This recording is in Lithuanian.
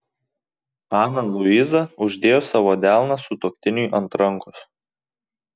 ana luiza uždėjo savo delną sutuoktiniui ant rankos